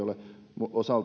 ole